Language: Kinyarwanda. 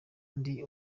ndi